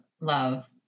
love